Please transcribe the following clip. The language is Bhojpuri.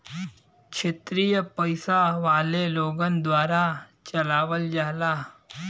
क्षेत्रिय पइसा वाले लोगन द्वारा चलावल जाला